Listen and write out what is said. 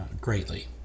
greatly